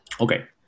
okay